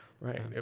right